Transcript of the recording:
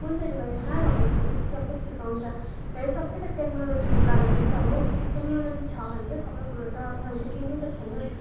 कुन चाहिँ डिभाइस कहाँ लगाउनु पर्छ त्यो सबै सिकाउँछ र यो सबै त टेक्नोलोजीको कारणले त हो टेक्नोलोजी छ भने त सबै कुरो छ नभए त केही नै त छैन